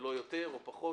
ולא יותר או פחות.